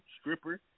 Stripper